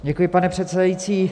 Děkuji, pane předsedající.